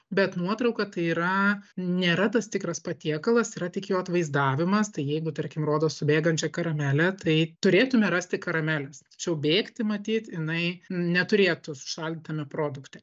bet nuotrauka tai yra nėra tas tikras patiekalas yra tik jo atvaizdavimas tai jeigu tarkim rodo su bėgančia karamele tai turėtume rasti karamelės tačiau bėgti matyt jinai neturėtų sušaldytame produkte